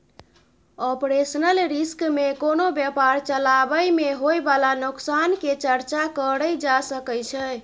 operational risk में कोनो व्यापार चलाबइ में होइ बाला नोकसान के चर्चा करल जा सकइ छइ